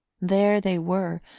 there they were,